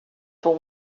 for